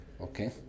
Okay